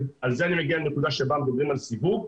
על זה אני מגיע לנקודה שבה מדברים על סיווג,